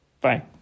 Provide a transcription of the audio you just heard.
Bye